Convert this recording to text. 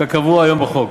כקבוע היום בחוק.